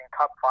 cup